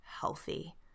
healthy